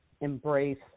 embrace